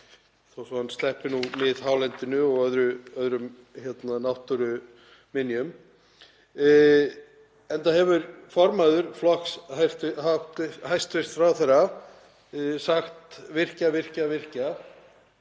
þó svo að hann sleppi miðhálendinu og öðrum náttúruminjum, enda hefur formaður flokks hæstv. ráðherra sagt: Virkja, virkja og virkja,